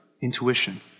intuition